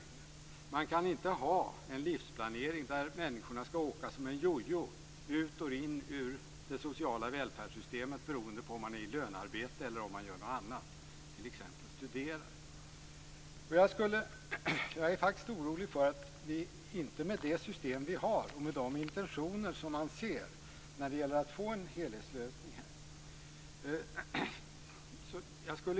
Man kan inte ha en livsplanering som innebär att människor skall åka som en jojo ut ur och in i det sociala välfärdssystemet beroende på om man är i lönearbete eller om man gör någonting annat, t.ex. Jag är faktiskt orolig för det system vi har och med de intentioner som man ser när det gäller att få en helhetslösning här.